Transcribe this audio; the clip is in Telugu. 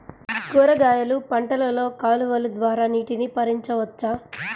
కూరగాయలు పంటలలో కాలువలు ద్వారా నీటిని పరించవచ్చా?